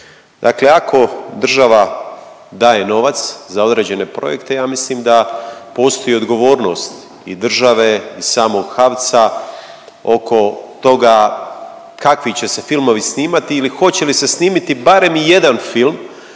Dakle, ako država daje novac za određene projekte ja mislim da postoji odgovornost i države i samog HAVC-a oko toga kakvi će se filmovi snimati ili hoće li se snimiti barem i jedan film